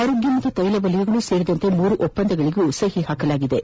ಆರೋಗ್ಲ ಮತ್ತು ತೈಲ ವಲಯಗಳೂ ಸೇರಿದಂತೆ ಮೂರು ಒಪ್ಪಂದಗಳಿಗೆ ಸಹಿ ಹಾಕಿವೆ